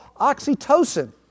oxytocin